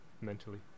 mentally